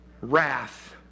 wrath